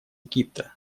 египта